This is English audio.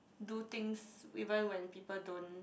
do things even when people don't